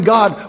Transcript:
God